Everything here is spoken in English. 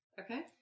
Okay